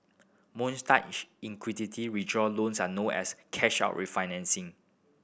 mortgage equity withdrawal loans are also known as cash out refinancing